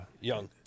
Young